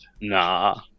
Nah